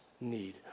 need